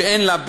שאין לה,